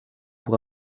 pour